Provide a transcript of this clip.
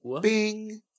Bing